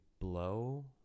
blow